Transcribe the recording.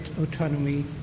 autonomy